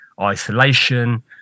isolation